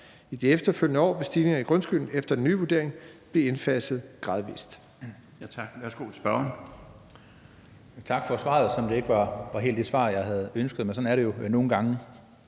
I de efterfølgende år vil stigninger i grundskylden efter den nye vurdering blive indfaset gradvis.